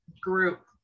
group